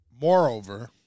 Moreover